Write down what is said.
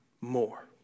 more